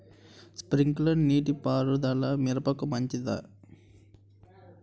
Sprinkler నీటిపారుదల మిరపకు మంచిదా?